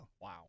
Wow